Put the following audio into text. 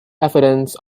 evidence